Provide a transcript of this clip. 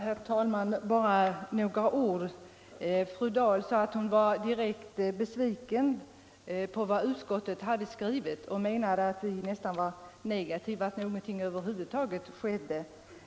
Herr talman! Bara några ord. Fru Dahl sade att hon var direkt besviken på vad utskottet hade skrivit och menade att utskottet nästan var negativt till att någonting över huvud taget skedde.